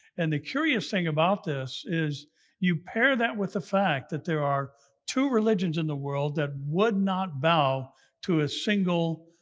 and the curious thing about this is if you pair that with the fact that there are two religions in the world that would not bow to a single